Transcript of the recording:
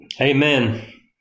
Amen